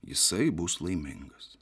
jisai bus laimingas